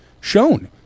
shown